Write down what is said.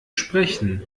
sprechen